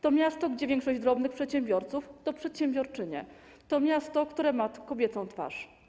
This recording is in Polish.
To miasto, gdzie większość drobnych przedsiębiorców to przedsiębiorczynie, to miasto, które ma kobiecą twarz.